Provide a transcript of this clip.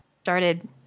started